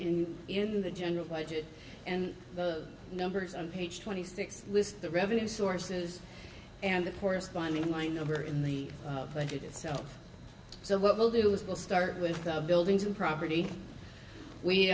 in the general budget and the numbers on page twenty six list the revenue sources and the corresponding line number in the budget itself so what we'll do is we'll start with of buildings and property